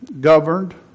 governed